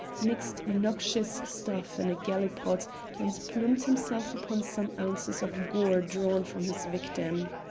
mixed noxious stuff in a gallipot and plumed himself upon some ounces of gore drawn from his victim.